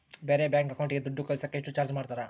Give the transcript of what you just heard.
ಬೇರೆ ಬ್ಯಾಂಕ್ ಅಕೌಂಟಿಗೆ ದುಡ್ಡು ಕಳಸಾಕ ಎಷ್ಟು ಚಾರ್ಜ್ ಮಾಡತಾರ?